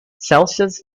celsius